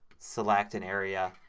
select an area.